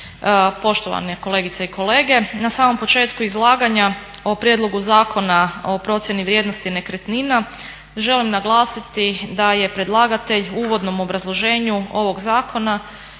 poštovane kolegice i kolege. Na samom početku izlaganja o prijedlogu Zakona o procjeni vrijednosti nekretnina želim naglasiti da je predlagatelj u uvodnom obrazloženju ovog zakona